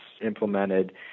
implemented